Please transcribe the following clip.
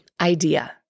idea